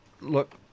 look